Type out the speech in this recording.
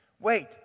wait